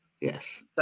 Yes